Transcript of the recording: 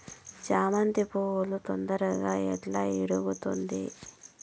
చామంతి పువ్వు తొందరగా ఎట్లా ఇడుగుతుంది?